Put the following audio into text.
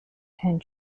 and